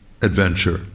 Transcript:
adventure